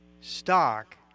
stock